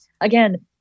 Again